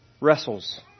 wrestles